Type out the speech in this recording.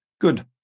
Good